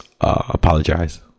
Apologize